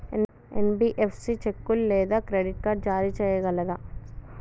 NBFC చెక్కులు లేదా credit card జారీ చేయగలదా?